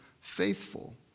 faithful